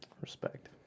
Respect